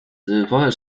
vorher